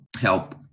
help